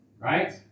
right